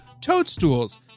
toadstools